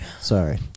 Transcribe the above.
Sorry